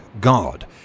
God